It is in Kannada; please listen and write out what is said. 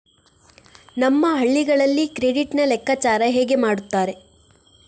ನಮ್ಮ ಹಳ್ಳಿಗಳಲ್ಲಿ ಕ್ರೆಡಿಟ್ ನ ಲೆಕ್ಕಾಚಾರ ಹೇಗೆ ಮಾಡುತ್ತಾರೆ?